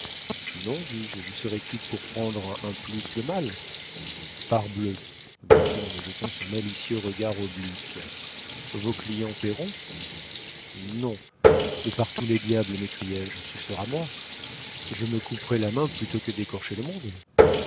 non dis-je je serai quitte pour prendre un peu plus de mal parbleu dit-il en me jetant son malicieux regard oblique vos clients paieront non de par tous les diables m'écriai-je ce sera moi je me couperais la main plutôt que d'écorcher le monde